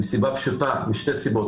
משתי סיבות,